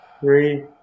three